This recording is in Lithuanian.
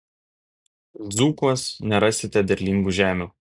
dzūkuos nerasite derlingų žemių